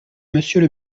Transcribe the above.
monsieur